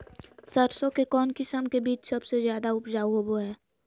सरसों के कौन किस्म के बीच सबसे ज्यादा उपजाऊ होबो हय?